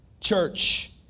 Church